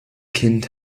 kind